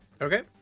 Okay